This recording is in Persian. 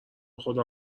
خدا